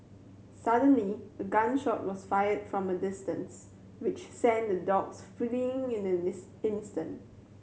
suddenly a gun shot was fired from a distance which sent the dogs fleeing in an instant